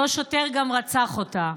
אותו שוטר גם רצח אותה: